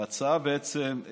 ההצעה בעצם,